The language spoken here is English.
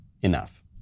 enough